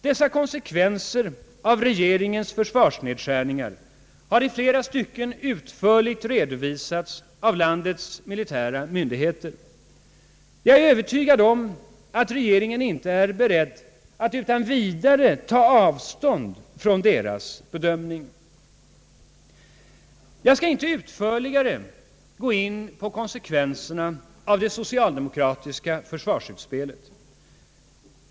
Dessa konsekvenser av regeringens försvarsnedskärning har i många stycken redovisats av landets militära myndigheter. Jag är övertygad om att regeringen inte är beredd att utan vidare ta avstånd från deras bedömning. Jag skall inte utförligare gå in på konsekvenserna av det socialdemokratiska försvarsutspelet.